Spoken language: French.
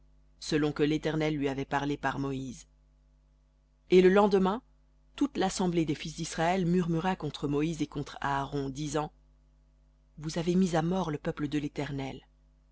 selon que l'éternel lui avait parlé par moïse v voir et le lendemain toute l'assemblée des fils d'israël murmura contre moïse et contre aaron disant vous avez mis à mort le peuple de l'éternel